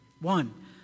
One